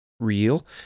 real